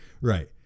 Right